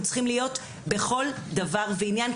אנחנו צריכים להיות בכל דבר ועניין,